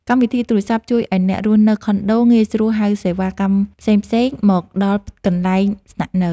កម្មវិធីទូរសព្ទជួយឱ្យអ្នករស់នៅខុនដូ ងាយស្រួលហៅសេវាកម្មផ្សេងៗមកដល់កន្លែងស្នាក់នៅ។